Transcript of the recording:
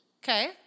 Okay